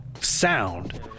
sound